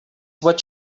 what